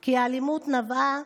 כי האלימות נבעה